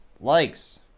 likes